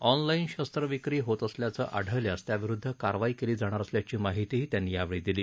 online शस्त्रविक्री होत असल्याचं आढळल्यास त्याविरुद्ध कारवाई केली जाणार असल्याची माहितीही त्यांनी यावेळी दिली